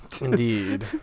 Indeed